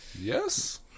yes